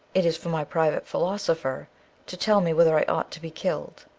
it is for my private philosopher to tell me whether i ought to be killed.